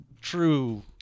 true